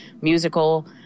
musical